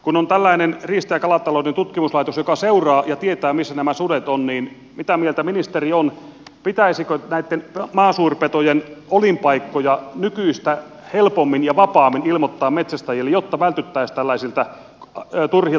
kun on tällainen riista ja kalatalouden tutkimuslaitos joka seuraa ja tietää missä nämä sudet ovat niin mitä mieltä ministeri on pitäisikö näitten maasuurpetojen olinpaikkoja nykyistä helpommin ja vapaammin ilmoittaa metsästäjille jotta vältyttäisiin tällaisilta turhilta koirien menetyksiltä